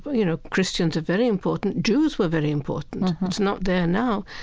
but you know, christians are very important, jews were very important. it's not there now.